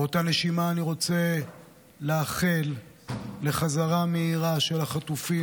באותה נשימה אני רוצה לאחל חזרה מהירה של החטופים.